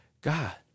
God